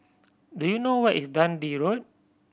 do you know where is Dundee Road